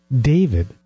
David